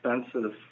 expensive